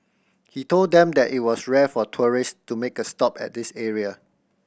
he told them that it was rare for tourist to make a stop at this area